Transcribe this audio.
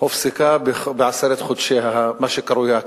הופסקה בעשרת חודשי מה שקרוי ההקפאה.